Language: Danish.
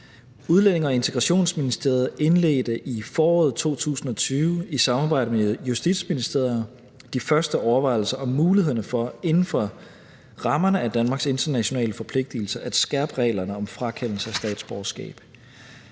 Udlændinge- og Integrationsministeriet indledte i foråret 2020 i samarbejde med Justitsministeriet de første overvejelser om mulighederne for inden for rammerne af Danmarks internationale forpligtelser at skærpe reglerne om frakendelse af statsborgerskab.